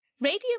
Radio